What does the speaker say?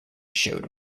showed